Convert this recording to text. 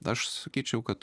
aš sakyčiau kad